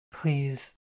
Please